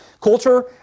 Culture